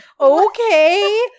okay